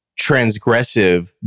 transgressive